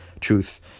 truth